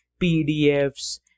PDFs